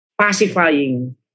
pacifying